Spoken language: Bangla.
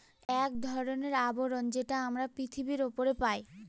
এক ধরনের আবরণ যেটা আমরা পৃথিবীর উপরে পাই